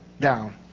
down